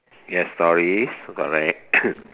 yes stories correct